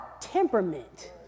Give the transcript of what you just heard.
temperament